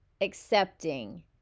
accepting